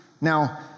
Now